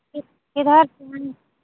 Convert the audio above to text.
कि किधर से